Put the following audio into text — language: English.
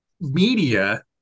Media